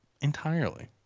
Entirely